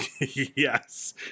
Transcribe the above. Yes